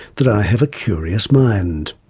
that i have a curious mind.